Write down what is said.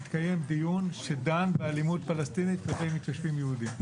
יתקיים דיון שדן באלימות פלסטינית כלפי מתיישבים יהודים.